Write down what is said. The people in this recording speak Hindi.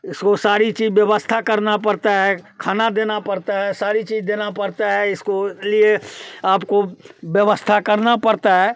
इसको सारी चीज व्यवस्था करना पड़ता है खाना देना पड़ता है सारी चीज देना पड़ता है इसको लिए आपको व्यवस्था करना पड़ता है